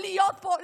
להיות פה,